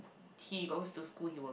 he goes to school he will